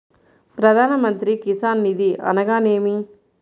ప్రధాన మంత్రి కిసాన్ నిధి అనగా నేమి?